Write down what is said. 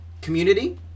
Community